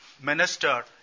minister